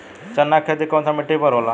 चन्ना के खेती कौन सा मिट्टी पर होला?